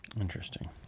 Interesting